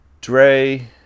Dre